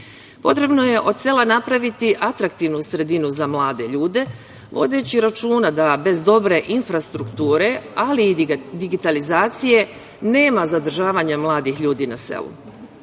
Potrebno je od sela napraviti atraktivnu sredinu za mlade ljude, vodeći računa da bez dobre infrastrukture, ali i digitalizacije nema zadržavanja mladih ljudi na selu.